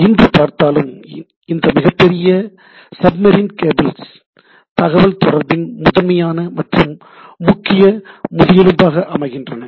இன்று பார்த்தாலும் இந்த மிகப்பெரிய சப்மரீன்கேபிள்ஸ் தகவல் தொடர்பின் முதன்மையான மற்றும் முக்கிய முதுகெலும்பாக அமைகின்றன